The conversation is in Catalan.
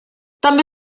també